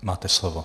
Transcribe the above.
Máte slovo.